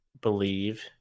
believe